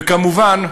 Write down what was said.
וכמובן,